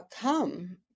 come